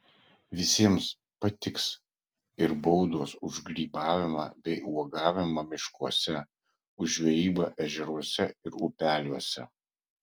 visiems patiks ir baudos už grybavimą bei uogavimą miškuose už žvejybą ežeruose ir upeliuose